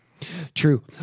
True